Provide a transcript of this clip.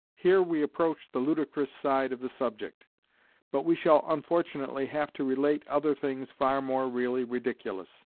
here we approach the ludicrous side of the subject but we shall unfortunately have to relate other things far more really ridiculous.